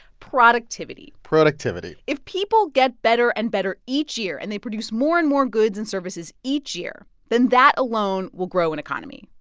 productivity productivity if people get better and better each year and they produce more and more goods and services each year, then that alone will grow an economy.